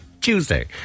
Tuesday